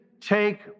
take